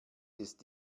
ist